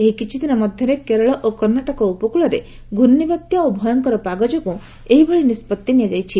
ଏହି କିଛିଦିନ ମଧ୍ୟରେ କେରଳ ଓ କର୍ଷାଟକ ଉପକୃଳରେ ଘୁର୍ଷିବାତ୍ୟା ଓ ଭୟଙ୍କର ପାଗ ଯୋଗୁଁ ଏହିଭଳି ନିଷ୍କଭି ନିଆଯାଇଛି